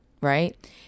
right